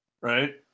right